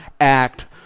act